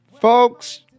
Folks